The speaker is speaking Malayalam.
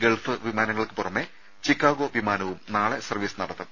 ഗൾഫ് വിമാനങ്ങൾക്ക് പുറമെ ചിക്കാഗോ വിമാനവും നാളെ സർവ്വീസ് നടത്തും